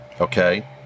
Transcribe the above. okay